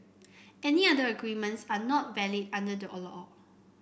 any other agreements are not valid under the